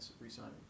re-signing